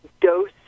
dose